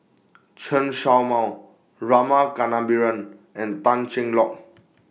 Chen Show Mao Rama Kannabiran and Tan Cheng Lock